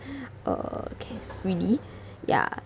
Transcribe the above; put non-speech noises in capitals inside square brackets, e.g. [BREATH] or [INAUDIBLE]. [BREATH] err ca~ freely ya